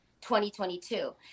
2022